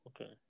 Okay